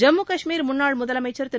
ஜம்மு கஷ்மீர் முன்னாள் முதலமைச்சர் திரு